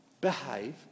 behave